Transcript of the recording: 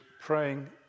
praying